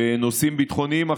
בנושאים ביטחוניים אחרים,